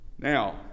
now